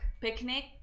Picnic